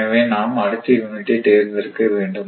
எனவே நாம் அடுத்த யூனிட்டை தேர்ந்தெடுக்க வேண்டும்